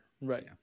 Right